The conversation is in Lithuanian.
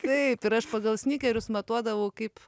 taip ir aš pagal snikerius matuodavau kaip